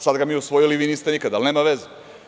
Sada ga mi usvojili, a vi niste nikada, ali nema veze.